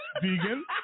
Vegan